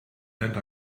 and